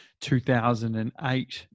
2008